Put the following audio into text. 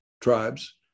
tribes